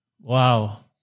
wow